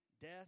death